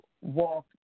walk